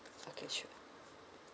okay sure